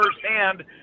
firsthand